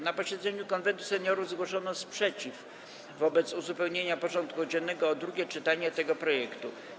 Na posiedzeniu Konwentu Seniorów zgłoszono sprzeciw wobec uzupełnienia porządku dziennego o drugie czytanie tych projektów.